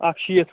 اَکھ شیٖتھ